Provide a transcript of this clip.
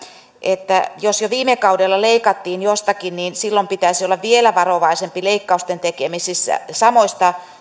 että jos jo viime kaudella leikattiin jostakin niin silloin pitäisi olla vielä varovaisempi leikkausten tekemisessä samoista